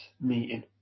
meeting